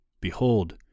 Behold